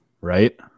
Right